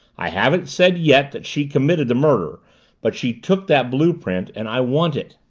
i haven't said yet that she committed the murder but she took that blue-print and i want it!